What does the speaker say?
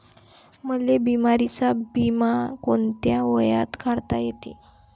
मले बिमारीचा बिमा कोंत्या वयात काढता येते?